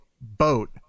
boat